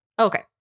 Okay